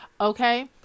Okay